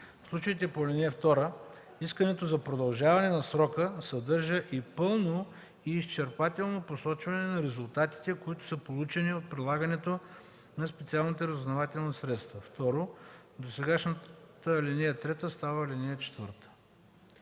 В случаите по ал. 2 искането за продължаване на срока съдържа и пълно и изчерпателно посочване на резултатите, които са получени от прилагането на специалните разузнавателни средства.” 2. Досегашната ал. 3 става ал. 4.”